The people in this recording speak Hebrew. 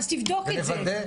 אז תבדוק את זה.